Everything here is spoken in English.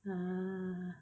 ah